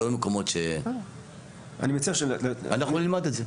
אנחנו נלמד את זה.